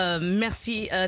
Merci